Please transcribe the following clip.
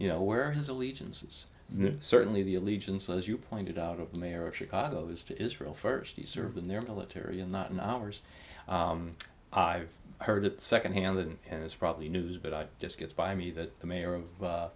you know where his allegiances certainly the allegiance as you pointed out of mayor of chicago is to israel first serve in their military and not in ours i've heard it secondhand than it's probably news but i just gets by me that the mayor of